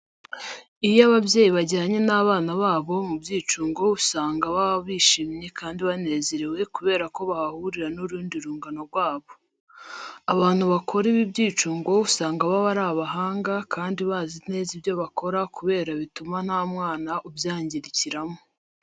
Iyo ababyeyi bajyanye n'abana babo mu byicungo usanga baba bishimwe kandi banezerewe kubera ko bahahurira n'urundi rungano rwabo. Abantu bakora ibi byicungo usanga baba ari abahanga kandi bazi neza ibyo bakora kubera ko bituma nta mwana ubyangirikiramo.